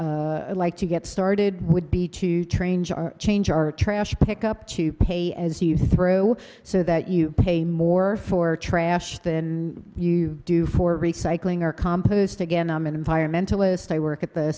like to get started would be to train jar change our trash pick up to pay as you through so that you pay more for trash than you do for recycling or compost again i'm an environmentalist i work at the